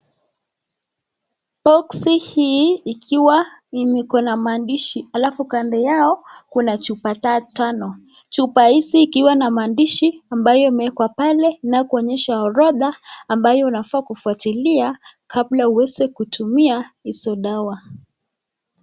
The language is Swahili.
Boksi hii ikiwa iko na maandishi, alafu kando yao kuna chupa tano, chupa hii ikiwa na maandishi ambayo imeekwa pale, invyoonyesha orodha ambayo unafaa kufqatilia kabla uweze kutumia hizo dawa.